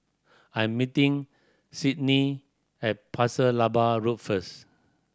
I'm meeting Cydney at Pasir Laba Road first